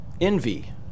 envy